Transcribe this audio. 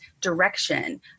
direction